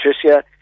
Patricia